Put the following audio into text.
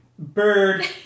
Bird